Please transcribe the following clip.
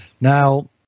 now